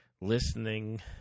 listening